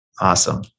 Awesome